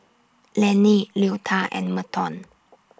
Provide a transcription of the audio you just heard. Lennie Leota and Merton